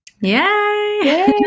Yay